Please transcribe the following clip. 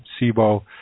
SIBO